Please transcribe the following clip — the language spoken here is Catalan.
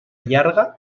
llarga